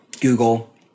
Google